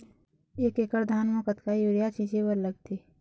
एक एकड़ धान म कतका यूरिया छींचे बर लगथे?